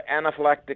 anaphylactic